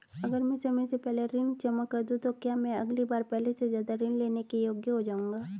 अगर मैं समय से पहले ऋण जमा कर दूं तो क्या मैं अगली बार पहले से ज़्यादा ऋण लेने के योग्य हो जाऊँगा?